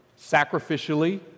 sacrificially